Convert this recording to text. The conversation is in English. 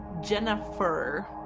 Jennifer